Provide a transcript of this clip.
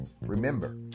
remember